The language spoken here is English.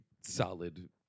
solid